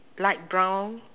light brown